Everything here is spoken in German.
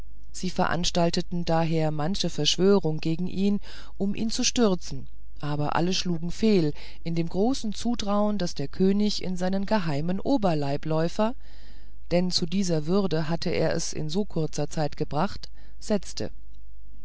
sie veranstalteten daher manche verschwörung gegen ihn um ihn zu stürzen aber alle schlugen fehl an dem großen zutrauen das der könig in seinen geheimen oberleibläufer denn zu dieser würde hatte er es in so kurzer zeit gebracht setzte